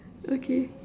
okay